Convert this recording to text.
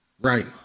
Right